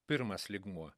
pirmas lygmuo